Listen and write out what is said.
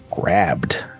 grabbed